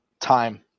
Time